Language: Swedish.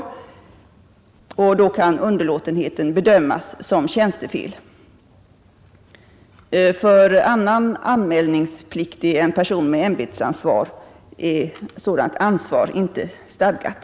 Underlåtenheten kan då bedömas som tjänstefel. För annan anmälningspliktig än person med ämbetsansvar är sådant ansvar inte stadgat.